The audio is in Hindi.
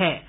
हड़ताल वापिस